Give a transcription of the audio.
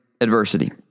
adversity